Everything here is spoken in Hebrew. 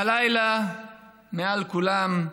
הלילה מעל כולם,